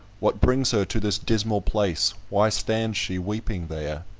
what brings her to this dismal place, why stands she weeping there?